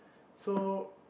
so